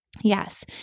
Yes